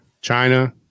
China